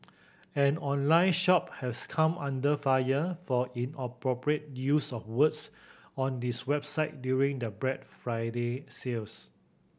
an online shop has come under fire for inappropriate use of words on this website during the Black Friday sales